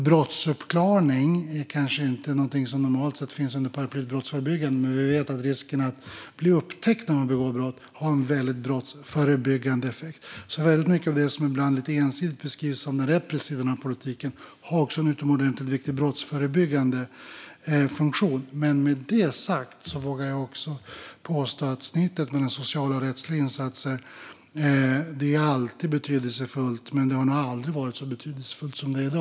Brottsuppklaring är kanske inte något som normalt sett finns under paraplyet brottsförebyggande, men vi vet att risken att bli upptäckt när man begår brott har en väldigt brottsförebyggande effekt. Väldigt mycket av det som ibland lite ensidigt beskrivs som den repressiva sidan av politiken har alltså också en utomordentligt viktig brottsförebyggande funktion. Men med det sagt vågar jag också påstå att snittet mellan sociala och rättsliga insatser alltid är betydelsefullt. Det har nog aldrig varit så betydelsefullt som det är i dag.